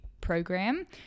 program